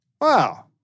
Wow